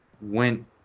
went